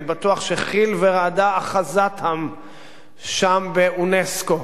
אני בטוח שחיל ורעדה אחזתם שם באונסק"ו.